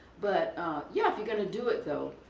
but yeah if you're going to do it though,